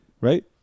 right